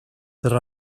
there